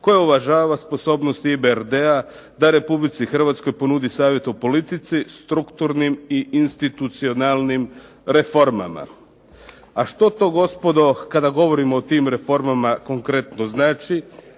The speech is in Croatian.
koja uvažava sposobnost IBRD-a da Republici Hrvatskoj ponudi savjet o politici, strukturnim i institucionalnim reformama. A što to gospodo kada govorimo o tim reformama konkretno znači?